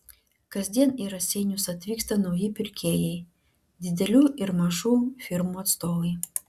kasdien į raseinius atvyksta nauji pirkėjai didelių ir mažų firmų atstovai